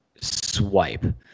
swipe